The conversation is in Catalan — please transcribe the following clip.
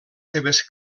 seves